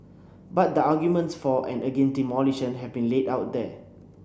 but the arguments for and against demolition have been laid out here